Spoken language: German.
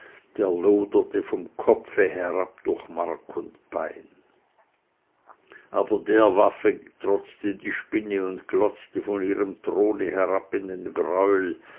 vom kopfe herab durch mark und bein aber der waffe trotzte die spinne und glotzte von ihrem throne herab in den